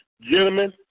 Gentlemen